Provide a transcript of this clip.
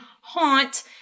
haunt